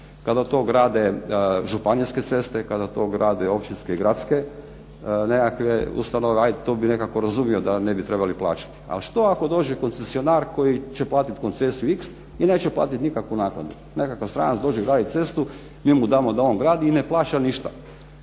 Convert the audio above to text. kada to grade županijske ceste, kada to grade općinske i gradske nekakve ustanove, ajde to bi nekako razumio da ne bi trebali plaćati ali što ako dođe koncesionar koji će platiti koncesiju x i neće platiti nikakvu naknadu. Nekakav stranac dođe graditi cestu, mi mu damo da gradi i ne plaća ništa,